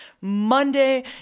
Monday